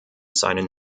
seinen